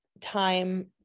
time